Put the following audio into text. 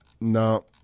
No